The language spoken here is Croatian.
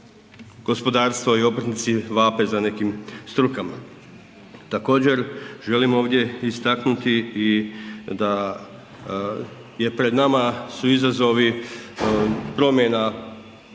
gospodarstvo i obrtnici vape za nekim strukama. Također želim ovdje istaknuti i da je pred nama su izazovi promjena